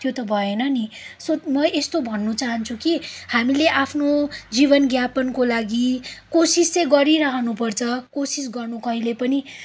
त्यो त भएन नि सो म यस्तो भन्न चाहन्छु कि हामीले आफ्नो जीवनयापनको लागि कोसिस चाहिँ गरिरहनु पर्छ कोसिस गर्नु कहिले पनि